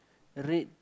red